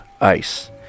ice